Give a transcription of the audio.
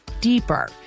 deeper